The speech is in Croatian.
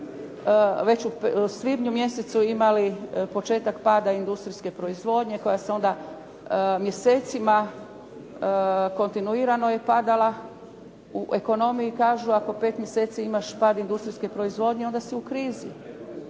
već u svibnju mjesecu imali početak pada industrijske proizvodnje koja se onda mjesecima kontinuirano je padala. U ekonomiji kažu ako imaš 5 mjeseci pad industrijske proizvodnje, onda si u krizi.